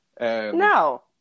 No